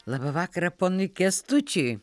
labą vakarą ponui kęstučiui